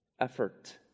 effort